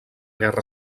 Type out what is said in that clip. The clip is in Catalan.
guerra